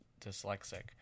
dyslexic